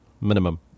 minimum